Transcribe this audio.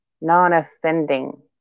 non-offending